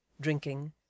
drinking